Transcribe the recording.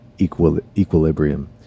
equilibrium